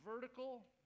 vertical